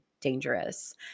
dangerous